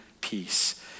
peace